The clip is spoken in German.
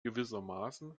gewissermaßen